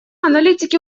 аналитики